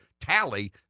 tally